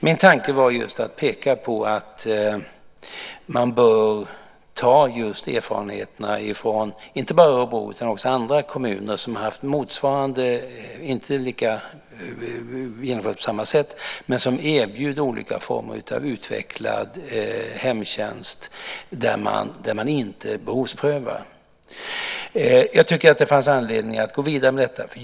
Min tanke var just att peka på att man bör ta till vara just erfarenheterna från inte bara Örebro utan också andra kommuner som haft motsvarande verksamhet fast inte på samma sätt. Man har erbjudit olika former av utvecklad hemtjänst där man inte behovsprövar. Jag tyckte att det fanns anledning att gå vidare med detta.